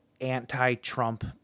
anti-Trump